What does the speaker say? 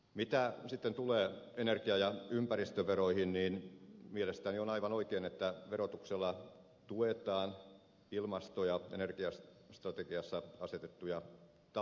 mitä sitten tulee energia ja ympäristöveroihin niin mielestäni on aivan oikein että verotuksella tuetaan ilmasto ja energiastrategiassa asetettuja tavoitteita